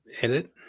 Edit